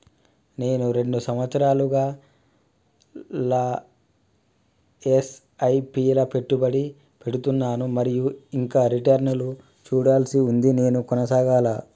నేను రెండు సంవత్సరాలుగా ల ఎస్.ఐ.పి లా పెట్టుబడి పెడుతున్నాను మరియు ఇంకా రిటర్న్ లు చూడాల్సి ఉంది నేను కొనసాగాలా?